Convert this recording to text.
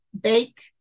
bake